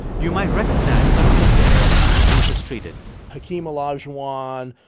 you might recognize some of the players bruce has treated hakeem olajuwon,